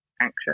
anxious